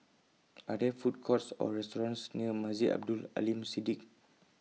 Are There Food Courts Or restaurants near Masjid Abdul Aleem Siddique